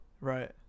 Right